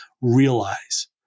realize